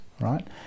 right